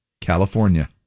California